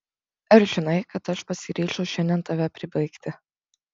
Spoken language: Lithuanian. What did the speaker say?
ar žinai kad aš pasiryžau šiandien tave pribaigti